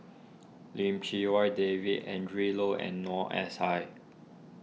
Lim Chee Wai David Adrin Loi and Noor S I